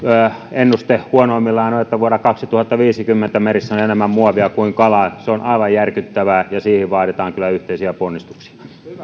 ennuste huonoimmillaan on että vuonna kaksituhattaviisikymmentä merissä on enemmän muovia kuin kalaa se on aivan järkyttävää ja siihen vaaditaan kyllä yhteisiä ponnistuksia